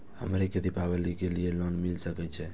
हमरा के दीपावली के लीऐ लोन मिल सके छे?